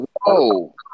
Whoa